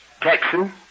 Texan